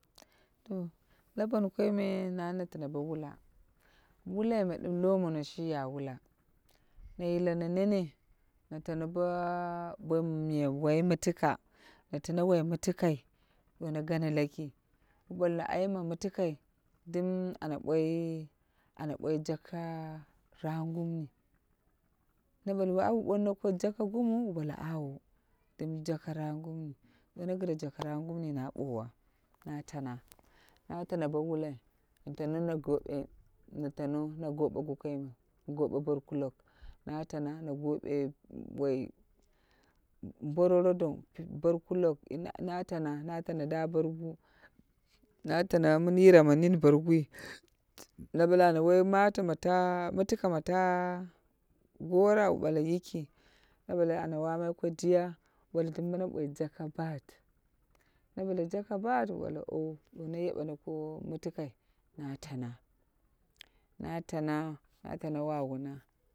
To la donkoi me na natano bo wula wulai me dum lomono shi ya wula. Na yile nenen na tano bai mi miya wai mitika. Na tano wai mitika i duwonogano laki, wu balno iyim ma mitika ana boi, ana boi jaka rap nguri ni. Na balwu wawu bauno ko jaka gumwu? Wu bale awo dim jaka rap ngumni. Duwono gire jaka rap ngumni na bowa na tana. Na tana bo wulai na tano na gobe na tano na gove gokoi me gobe borkulok na tana na gobe woi mbororo along, borkulok na tana da bargu na tana min yira ma nini bargui, no bale ana wai mato ma mitikama ta gora wu bale yiki na bale ana wamai ko diya? Wu bale dum bono boi jaka bat, na bale jaka bat? Wu bale ow duwono yebene ko mitikai na tana natana wawuna.